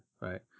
right